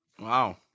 Wow